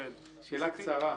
כלומר,